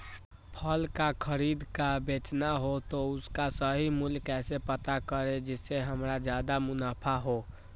फल का खरीद का बेचना हो तो उसका सही मूल्य कैसे पता करें जिससे हमारा ज्याद मुनाफा हो?